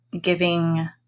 giving